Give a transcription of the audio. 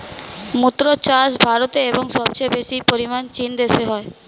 মুক্ত চাষ ভারতে এবং সবচেয়ে বেশি পরিমাণ চীন দেশে হয়